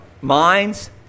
minds